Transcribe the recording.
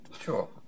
Sure